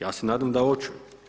Ja se nadam da hoće.